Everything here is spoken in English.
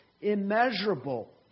immeasurable